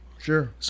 Sure